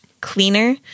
cleaner